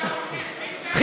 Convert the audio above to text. אתה מוציא את ביטן?